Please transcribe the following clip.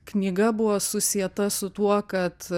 knyga buvo susieta su tuo kad